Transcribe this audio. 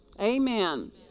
Amen